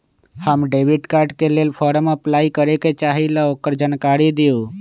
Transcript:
हम debit card के लेल फॉर्म अपलाई करे के चाहीं ल ओकर जानकारी दीउ?